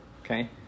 Okay